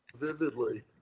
Vividly